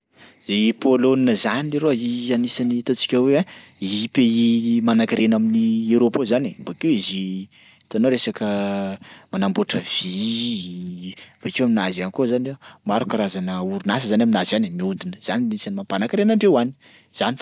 I Polonina zany leroa anisan'ny ataontsika hoe ein i pays manan-karena amin'ny Europe ao zany e. Bakeo izy hitanao resaka manambotra vy, bakeo aminazy any koa zany maro karazana orinasa zany aminazy e mihodina, zany anisany mampanan-karena andreo any, zany.